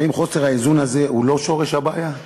האם חוסר האיזון הזה הוא לא שורש הבעיה?